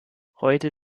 heute